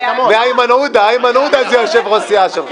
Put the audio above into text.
איימן עודה הוא יושב-ראש הסיעה שלך.